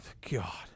God